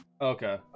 Okay